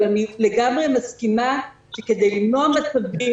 אבל אני לגמרי מסכימה שכדי למנוע מצבים